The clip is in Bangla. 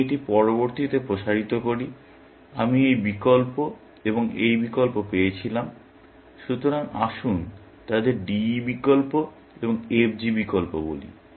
আমি এটি পরবর্তীতে প্রসারিত করি আমি এই বিকল্প এবং এই বিকল্প পেয়েছিলাম সুতরাং আসুন তাদের DE বিকল্প এবং FG বিকল্প বলি